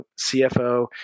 CFO